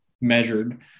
measured